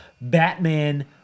Batman